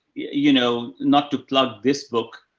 you know, not to plug this book,